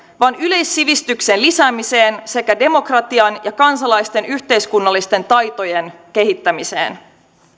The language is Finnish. vaan yleissivistyksen lisäämiseen sekä demokratian ja kansalaisten yhteiskunnallisten taitojen kehittämiseen